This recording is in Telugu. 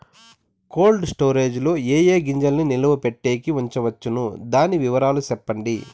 కోల్డ్ స్టోరేజ్ లో ఏ ఏ గింజల్ని నిలువ పెట్టేకి ఉంచవచ్చును? దాని వివరాలు సెప్పండి?